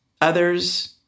others